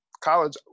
college